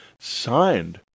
signed